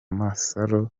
masaro